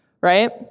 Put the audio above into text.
right